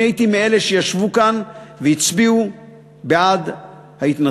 אני הייתי מאלה שישבו כאן והצביעו בעד ההתנתקות.